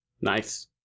Nice